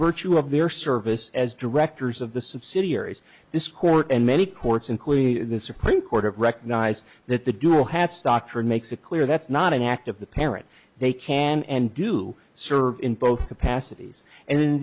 virtue of their service as directors of the subsidiaries this court and many courts including the supreme court have recognized that the dual hats doctrine makes a clear that's not an act of the parent they can and do serve in both capacities and in